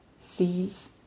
sees